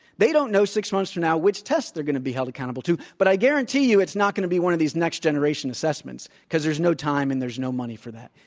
they don't know six months from now which tests they're going to be held accountable to, but i guarantee you it's not going to be one of these next generation assessments because there's no time and there's no money for that.